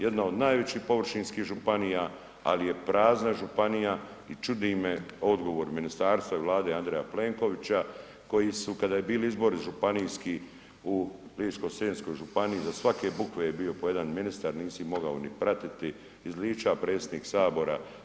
Jedna od najvećih površinskih županija ali je prazna županija i čudi me odgovor ministarstva i Vlade Andreja Plenkovića koji su kada su bili izbori županijski u Ličko-senjskoj županiji iza svake bukve je bio po jedan ministar, nisi mogao ni pratiti, iz ... predsjednik Sabora.